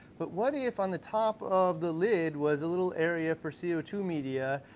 but what if, on the top of the lid, was a little area for c o two media,